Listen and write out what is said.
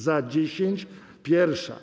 Za dziesięć pierwsza.